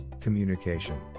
Communication